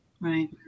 Right